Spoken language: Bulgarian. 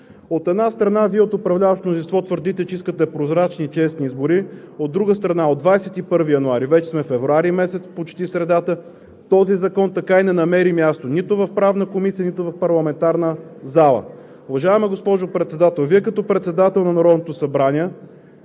От една страна, Вие от управляващото мнозинство твърдите, че искате прозрачни, честни избори. От друга страна, от 21 януари, вече сме месец февруари – почти средата, този закон така и не намери място нито в Правната комисия, нито в парламентарната зала. Уважаема госпожо Председател, Вие като председател на Народното събрание